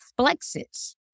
flexes